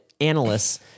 analysts